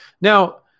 Now